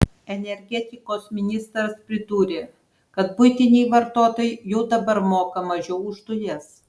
energetikos ministras pridūrė kad buitiniai vartotojai jau dabar moka mažiau už dujas